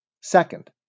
Second